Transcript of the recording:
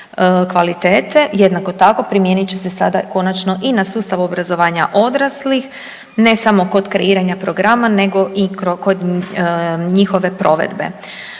Jednako tako primijenit će se sada konačno i na sustav obrazovanja odraslih, ne samo kod kreiranja programa nego i kod njihove provedbe.